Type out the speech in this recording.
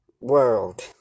world